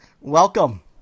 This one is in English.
Welcome